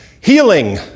Healing